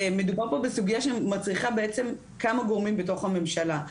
מדובר פה בסוגיה שמצריכה בעצם כמה גורמים בתוך הממשלה.